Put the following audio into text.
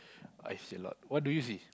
I see a lot what do you see